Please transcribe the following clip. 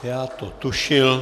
Já to tušil.